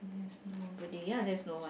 there's nobody ya there's no one